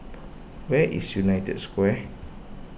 where is United Square